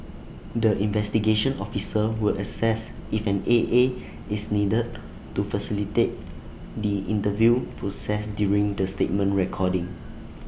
the investigation officer will assess if an A A is needed to facilitate the interview process during the statement recording